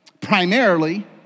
primarily